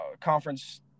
conference